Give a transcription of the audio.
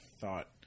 thought